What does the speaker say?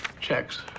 checks